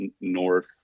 north